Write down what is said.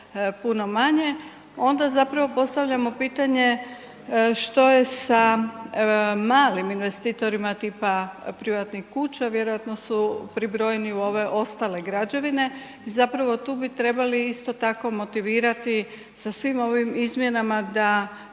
puno manje. Onda zapravo postavljamo pitanje što je sa malim investitorima tipa privatnih kuća, vjerojatno su pribrojeni u ove ostale građevine. Zapravo tu bi trebali isto tako motivirati sa svim ovim izmjenama da